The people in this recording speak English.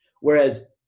Whereas